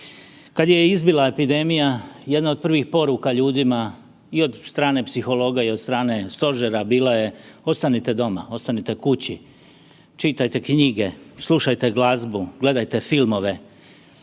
Kad je izbila epidemija, jedna od prvih poruka ljudima i od strane psihologa i od strane stožera bila je ostanite doma, ostanite kući, čitajte knjige, slušajte glazbu, gledajte filmove,